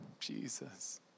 Jesus